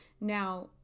Now